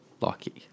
Lucky